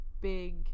big